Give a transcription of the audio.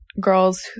girls